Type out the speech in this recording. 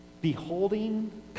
beholding